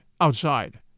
outside